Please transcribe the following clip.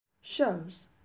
Shows